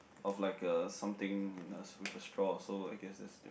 of like a something in a with a straw so I guess that's the difference